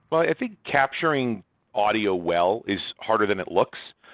but i think capturing audio well is harder than it looks,